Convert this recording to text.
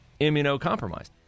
immunocompromised